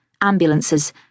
ambulances